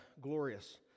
glorious